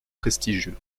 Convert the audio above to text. prestigieux